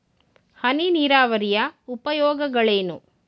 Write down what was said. ಹನಿ ನೀರಾವರಿಯ ಉಪಯೋಗಗಳೇನು?